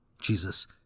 Jesus